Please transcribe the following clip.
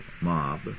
mob